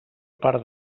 part